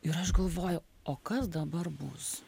ir aš galvoju o kas dabar bus